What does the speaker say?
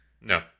No